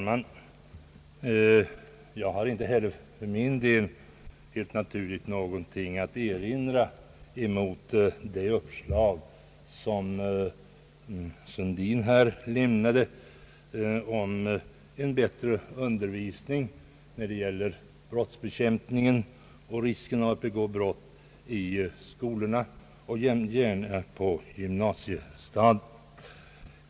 Herr talman! Jag har för min del — helt naturligt — inte något att erinra mot det uppslag som herr Sundin nyss framlade om bättre undervisning i skolorna — gärna på gymnasiestadiet — om brottsbekämpningen och om risken av att begå brott.